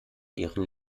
ihren